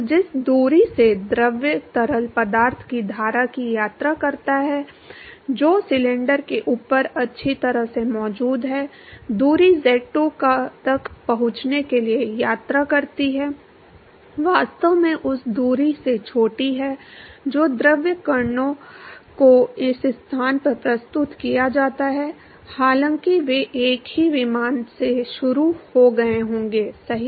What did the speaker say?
तो जिस दूरी से द्रव तरल पदार्थ की धारा की यात्रा करता है जो सिलेंडर के ऊपर अच्छी तरह से मौजूद है दूरी z2 तक पहुंचने के लिए यात्रा करती है वास्तव में उस दूरी से छोटी है जो द्रव कणों को इस स्थान पर प्रस्तुत किया जाता है हालांकि वे एक ही विमान में शुरू हो गए होंगे सही